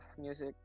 music